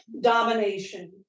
domination